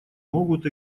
могут